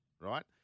right